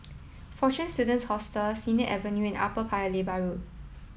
Fortune Students Hostel Sennett Avenue and Upper Paya Lebar Road